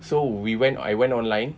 so we went I went online